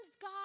God